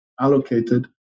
allocated